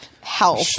health